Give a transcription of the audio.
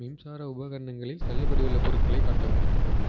மின்சார உபகரணங்களில் தள்ளுபடி உள்ள பொருட்களை காட்டவும்